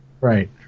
Right